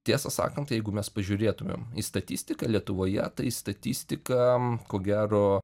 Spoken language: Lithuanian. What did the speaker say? tiesą sakant jeigu mes pažiūrėtumėm į statistiką lietuvoje tai statistika ko gero